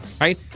right